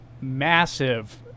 massive